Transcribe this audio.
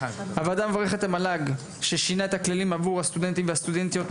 הוועדה מברכת את מל"ג ששינתה את הכללים עבור הסטודנטים והסטודנטיות,